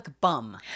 bum